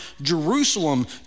Jerusalem